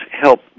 help